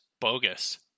bogus